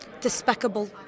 despicable